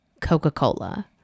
Coca-Cola